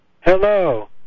Hello